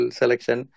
selection